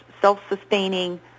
self-sustaining